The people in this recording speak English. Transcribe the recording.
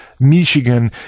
michigan